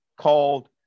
called